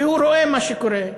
והוא רואה מה שקורה.